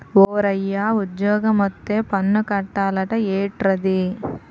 ఓరయ్యా ఉజ్జోగమొత్తే పన్ను కట్టాలట ఏట్రది